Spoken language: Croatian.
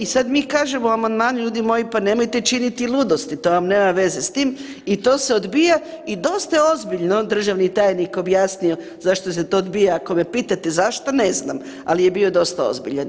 I sad mi kažemo amandman ljudi moji pa nemojte činiti ludosti, to vam nema veze s tim i to se odbija i dosta je ozbiljno državni tajnik objasnio zašto se to obija, ako me pitate zašto, ne znam, ali je bio dosta ozbiljan.